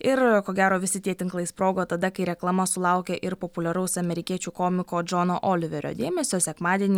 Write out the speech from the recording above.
ir ko gero visi tie tinklai sprogo tada kai reklama sulaukė ir populiaraus amerikiečių komiko džono oliverio dėmesio sekmadienį